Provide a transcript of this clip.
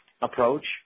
approach